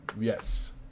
Yes